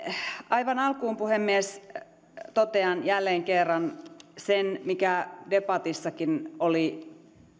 aivan alkuun puhemies totean jälleen kerran sen mikä debatissakin oli pääviestini